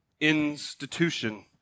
institution